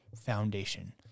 foundation